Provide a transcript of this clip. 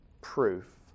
proof